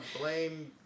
blame